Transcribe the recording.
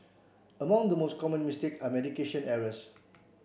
among the most common mistake are medication errors